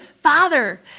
father